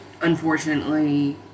unfortunately